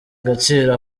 agaciro